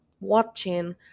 watching